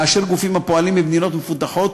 לאשר גופים הפועלים במדינות מפותחות